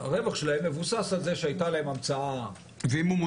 הרווח שלהן מבוסס על זה שהייתה להם המצאה חכמה.